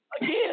again